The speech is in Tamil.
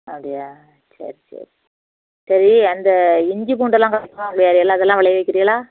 அப்படியா சரி சரி சரி அந்த இஞ்சி பூண்டு எல்லாம் கொஞ்சம் வேற எல்லாம் அது எல்லாம் விளைவிக்கிறிங்களா